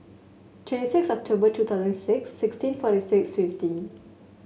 twenty six October two thousand six sixteen forty six fifty